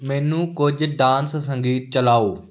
ਮੈਨੂੰ ਕੁਝ ਡਾਂਸ ਸੰਗੀਤ ਚਲਾਓ